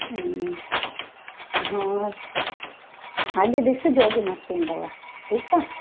हूं हा अॼु ॾिसिजो अॼु मस्तु इंदव ठीकु आहे